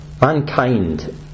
Mankind